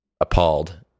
appalled